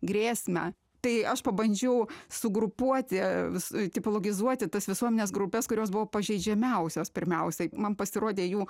grėsmę tai aš pabandžiau sugrupuoti a visų tipo logizuoti tas visuomenės grupes kurios buvo pažeidžiamiausios pirmiausiai man pasirodė jų